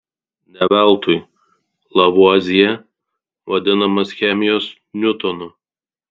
ne veltui lavuazjė vadinamas chemijos niutonu